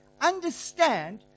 understand